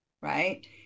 right